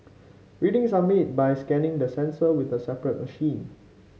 readings are made by scanning the sensor with a separate machine